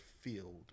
field